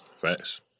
facts